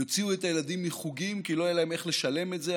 יוציאו את הילדים מחוגים כי לא יהיה להם איך לשלם את זה.